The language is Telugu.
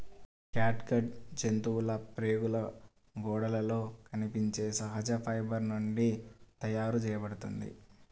క్యాట్గట్ జంతువుల ప్రేగుల గోడలలో కనిపించే సహజ ఫైబర్ నుండి తయారు చేయబడుతుంది